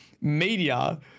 media